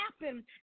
happen